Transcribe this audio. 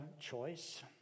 choice